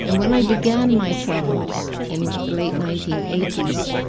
and when i began my travels in the late nineteen eighty s,